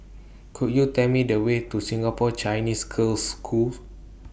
Could YOU Tell Me The Way to Singapore Chinese Girls' School